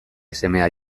semea